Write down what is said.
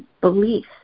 belief